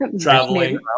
traveling